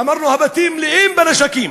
אמרנו: הבתים מלאים בנשקים,